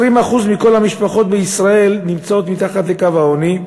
23% מכל המשפחות בישראל נמצאות מתחת לקו העוני,